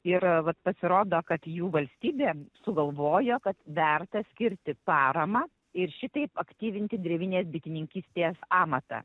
ir vat pasirodo kad jų valstybė sugalvojo kad verta skirti paramą ir šitaip aktyvinti drevinės bitininkystės amatą